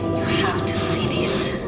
to see this.